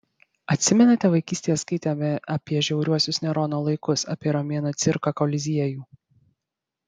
atsimenate vaikystėje skaitėme apie žiauriuosius nerono laikus apie romėnų cirką koliziejų